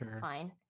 fine